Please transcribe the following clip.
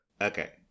Okay